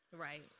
Right